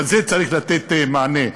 ועל זה צריך לתת מענה.